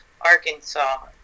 Arkansas